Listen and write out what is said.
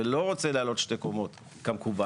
ולא רוצה לעלות שתי קומות כמקובל,